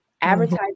advertising